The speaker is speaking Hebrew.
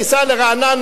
תיסע לרעננה,